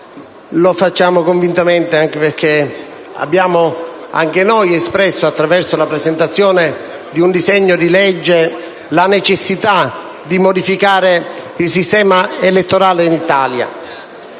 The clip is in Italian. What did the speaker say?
Lo facciamo convintamente perché abbiamo anche noi espresso, attraverso la presentazione di un disegno di legge, la necessità di modificare il sistema elettorale in Italia.